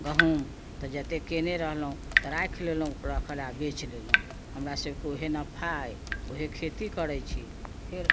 गहूँम तऽ जते कयने रहलहुँ तऽ राखि लेलहुँ आ ओकरा बेच लेलहुँ हमरा सभकेँ ओहे नफा अछि ओहे खेती करैत छी फेर